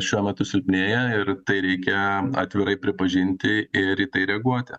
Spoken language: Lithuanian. šiuo metu silpnėja ir tai reikia atvirai pripažinti ir į tai reaguoti